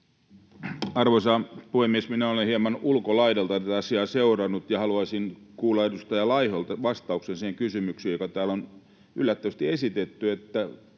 Arvoisa puhemies! Minä olen hieman ulkolaidalta tätä asiaa seurannut, ja haluaisin kuulla edustaja Laiholta vastauksen siihen kysymykseen, joka täällä on yllättävästi esitetty,